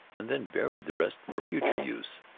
and then buried the rest for future use.